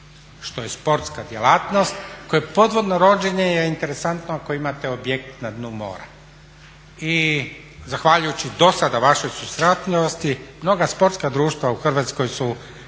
što je sportska djelatnost. Podvodno ronjenje je interesantno ako imate objekt na dnu mora. I zahvaljujući do sada vašoj susretljivosti mnoga sportska društva su prišli tome,